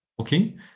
Okay